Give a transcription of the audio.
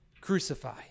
crucify